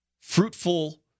fruitful